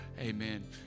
Amen